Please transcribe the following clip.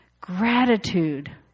Gratitude